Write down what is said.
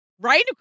Right